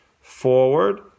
Forward